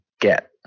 get